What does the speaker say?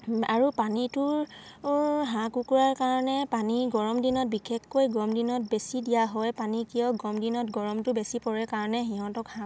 আৰু পানীটোৰ হাঁহ কুকুৰাৰ কাৰণে পানী গৰম দিনত বিশেষকৈ গৰম দিনত বেছি দিয়া হয় পানী কিয় গৰম দিনত গৰমটো বেছি পৰে কাৰণে সিহঁতক হাঁহ